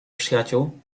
przyjaciół